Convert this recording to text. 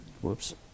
Whoops